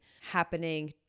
happening